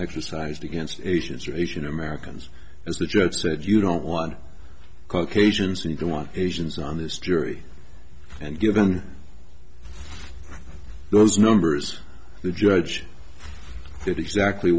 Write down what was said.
exercised against asians or asian americans as the judge said you don't want caucasians and they want asians on this jury and given those numbers the judge did exactly